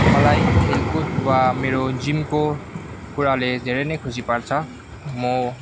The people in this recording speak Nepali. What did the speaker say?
मलाई खेलकूद वा मेरो जिमको कुराले धेरै नै खुसी पार्छ म